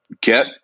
get